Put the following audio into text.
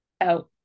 out